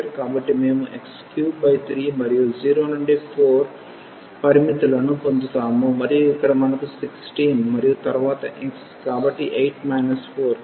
కాబట్టి మేము x33 మరియు 0 నుండి 4 పరిమితులను పొందుతాము మరియు ఇక్కడ మనకు 16 మరియు తరువాత x కాబట్టి 8 4